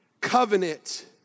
covenant